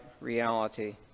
reality